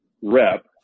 rep